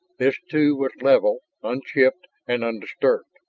this, too, was level, unchipped and undisturbed,